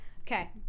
okay